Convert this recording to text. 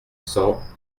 cents